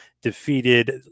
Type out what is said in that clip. defeated